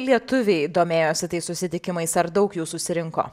lietuviai domėjosi tais susitikimais ar daug jų susirinko